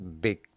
big